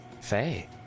Faye